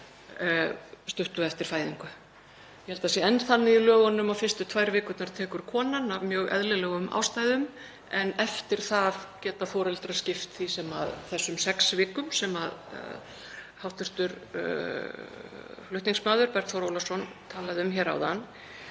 stuttu eftir fæðingu. Ég held að það sé enn þannig í lögunum að fyrstu tvær vikurnar tekur konan af mjög eðlilegum ástæðum en eftir það geta foreldrar skipt þessum sex vikum sem hv. flutningsmaður, Bergþór Ólason, talaði um hér áðan.